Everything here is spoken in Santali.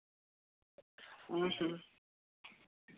ᱦᱮᱸ ᱦᱮᱸ